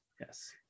Yes